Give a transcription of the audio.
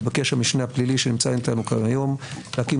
התבקש המשנה הפלילי שנמצא אתנו כאן היום להקים